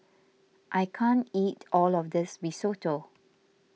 I can't eat all of this Risotto